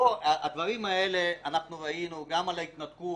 בואו, דברים כאלה אנחנו ראינו גם על ההתנתקות.